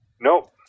Nope